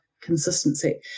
consistency